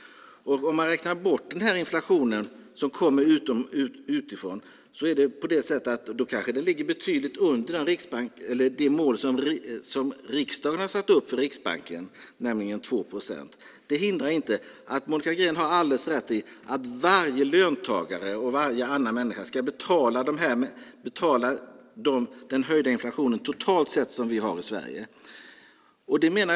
Om man räknar bort den här inflationen, som kommer utifrån, kanske det ligger betydligt under det mål som riksdagen har satt upp för Riksbanken, nämligen 2 procent. Det hindrar inte att Monica Green har alldeles rätt i att varje löntagare och varje annan människa ska betala den höjda inflation som vi har i Sverige totalt sett.